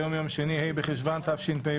היום יום שני, ה' בחשון תשפ"ב,